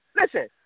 Listen